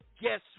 guess